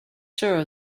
sure